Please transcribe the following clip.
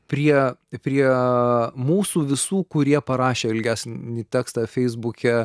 prie prie mūsų visų kurie parašę ilgesnį tekstą feisbuke